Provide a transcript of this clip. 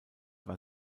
war